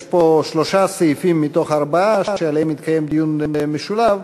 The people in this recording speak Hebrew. יש פה שלושה סעיפים מתוך ארבעה שעליהם יתקיים דיון משולב,